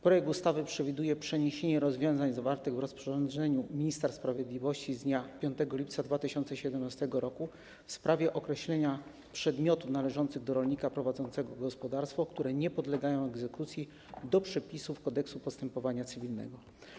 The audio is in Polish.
Projekt ustawy przewiduje przeniesienie rozwiązań zawartych w rozporządzeniu ministra sprawiedliwości z dnia 5 lipca 2017 r. w sprawie określenia przedmiotów należących do rolnika prowadzącego gospodarstwo, które nie podlegają egzekucji, do przepisów Kodeksu postępowania cywilnego.